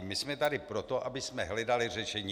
My jsme tady proto, abychom hledali řešení.